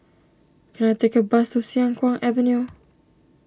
can I take a bus to Siang Kuang Avenue